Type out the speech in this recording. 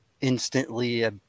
instantly